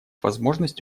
возможность